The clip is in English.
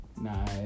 Nice